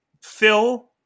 Phil